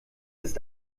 ist